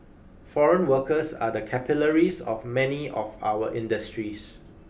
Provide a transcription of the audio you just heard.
foreign workers are the capillaries of many of our industries